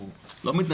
אנחנו לא מתנדבים,